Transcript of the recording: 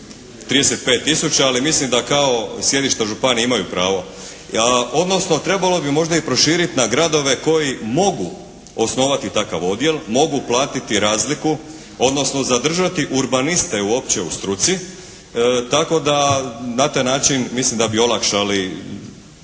35 tisuća, ali mislim da kao sjedišta županija imaju pravo. Odnosno trebalo bi možda i proširiti na gradove koji mogu osnovati takav odjel, mogu platiti razliku, odnosno zadržati urbaniste uopće u struci. Tako da na taj način mislim da bi olakšali